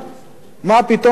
מה פתאום, אל תיגעו.